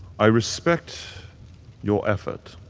i respect your effort.